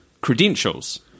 credentials